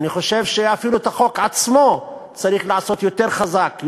אני חושב שאפילו את החוק עצמו צריך לעשות יותר חזק,